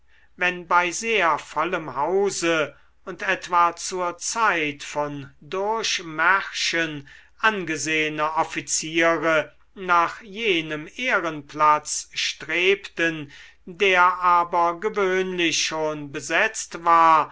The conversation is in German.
wenn bei sehr vollem hause und etwa zur zeit von durchmärschen angesehene offiziere nach jenem ehrenplatz strebten der aber gewöhnlich schon besetzt war